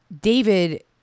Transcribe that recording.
David